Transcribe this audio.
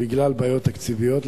בגלל בעיות תקציביות.